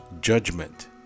judgment